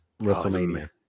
wrestlemania